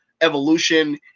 evolution